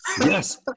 Yes